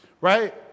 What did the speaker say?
Right